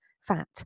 fat